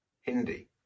Hindi